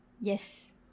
Yes